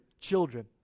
children